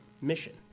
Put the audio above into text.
mission